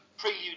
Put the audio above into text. Prelude